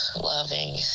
loving